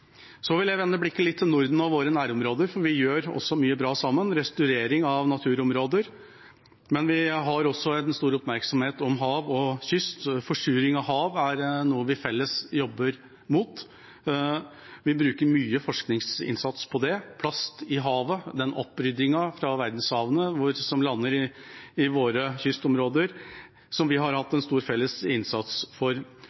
mye bra sammen, som restaurering av naturområder, men vi har også stor oppmerksomhet om hav og kyst. Forsuring av hav er noe vi felles jobber imot. Vi bruker mye forskningsinnsats på det. Oppryddingen av plast i havet, som kommer fra verdenshavene og lander i våre kystområder, har vi hatt